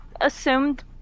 assumed